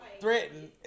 threatened